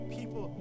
people